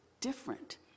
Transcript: different